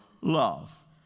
love